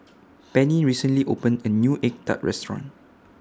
Penni recently opened A New Egg Tart Restaurant